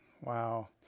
Wow